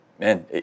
Man